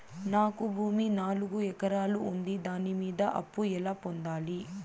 నాకు భూమి నాలుగు ఎకరాలు ఉంది దాని మీద అప్పు ఎలా పొందాలి?